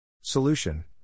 Solution